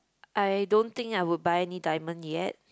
I don't think I would buy any diamond yet